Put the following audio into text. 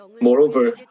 moreover